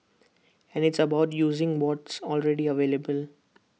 and it's about using what's already available